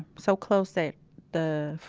so close that the,